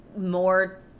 more